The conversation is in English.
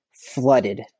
flooded